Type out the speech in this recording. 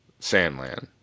Sandland